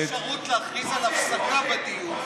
יש גם אפשרות להכריז על הפסקה בדיון,